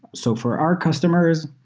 so for our customers,